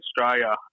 Australia